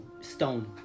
stone